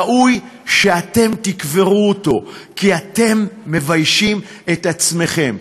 ראוי שאתם תקברו אותו, כי אתם מביישים את עצמכם.